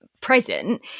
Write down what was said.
present